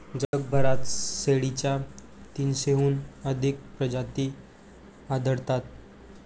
जगभरात शेळीच्या तीनशेहून अधिक प्रजाती आढळतात